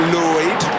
Lloyd